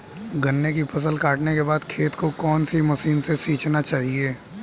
गन्ने की फसल काटने के बाद खेत को कौन सी मशीन से सींचना चाहिये?